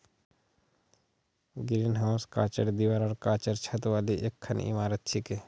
greenhouse कांचेर दीवार आर कांचेर छत वाली एकखन इमारत छिके